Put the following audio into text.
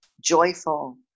joyful